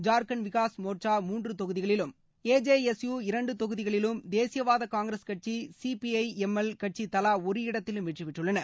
ஜார்க்கண்ட் விக்காஸ் மோட்சா மூன்று தொகுதிகளிலும் A J S U இரண்டு தொகுதிகளிலும் தேசியவாத காங்கிரஸ் கட்சி சிபிஐ எம்எல் கட்சி தவா ஒரு இடத்திலும் வெற்றி பெற்றுள்ளன